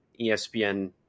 ESPN